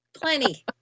plenty